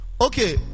Okay